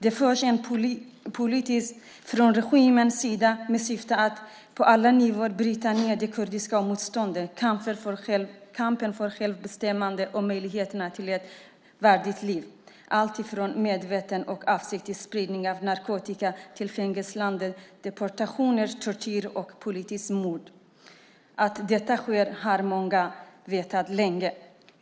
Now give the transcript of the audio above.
Det förs en politik från regimens sida med syfte att på alla nivåer bryta ned det kurdiska motståndet, kampen för självbestämmande och möjligheterna till ett värdigt liv. Det handlar om alltifrån medveten och avsiktlig spridning av narkotika till fängslanden, deportationer, tortyr och politiska mord. Att detta sker har många vetat länge.